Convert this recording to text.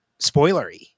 spoilery